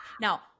Now